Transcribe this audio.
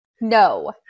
No